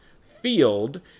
field